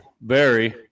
Barry